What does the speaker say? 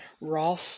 Ross